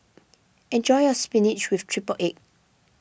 enjoy your Spinach with Triple Egg